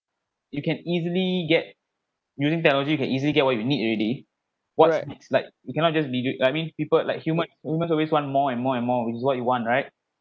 you can easily get using technology you can easily get what you need already what it's like you cannot just you I mean people like human human always want more and more and more with what you want right so ya so actually it's getting more towards once very like